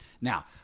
Now